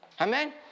Amen